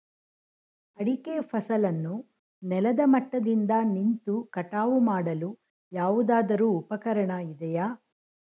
ಅಡಿಕೆ ಫಸಲನ್ನು ನೆಲದ ಮಟ್ಟದಿಂದ ನಿಂತು ಕಟಾವು ಮಾಡಲು ಯಾವುದಾದರು ಉಪಕರಣ ಇದೆಯಾ?